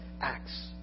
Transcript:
acts